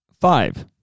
Five